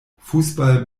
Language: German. fußball